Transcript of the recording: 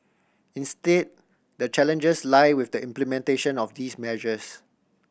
instead the challenges lie with the implementation of these measures